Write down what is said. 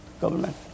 government